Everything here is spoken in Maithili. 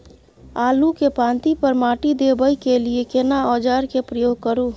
आलू के पाँति पर माटी देबै के लिए केना औजार के प्रयोग करू?